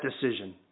decision